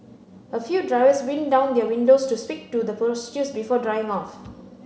a few drivers wind down their windows to speak to the prostitutes before driving off